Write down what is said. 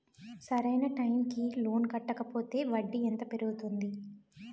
సరి అయినా టైం కి లోన్ కట్టకపోతే వడ్డీ ఎంత పెరుగుతుంది?